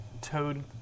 toad